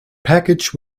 packaged